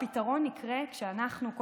הפתרון יקרה כשאנחנו,